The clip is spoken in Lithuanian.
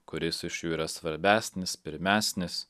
kuris iš jų yra svarbesnis pirmesnis